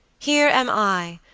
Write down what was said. here am i,